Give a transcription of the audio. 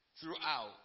throughout